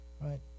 right